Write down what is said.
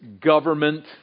government